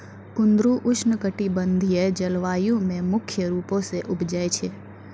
कुंदरु उष्णकटिबंधिय जलवायु मे मुख्य रूपो से उपजै छै